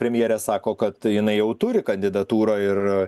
premjerė sako kad jinai jau turi kandidatūrą ir